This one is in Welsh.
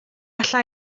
alla